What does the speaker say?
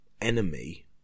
enemy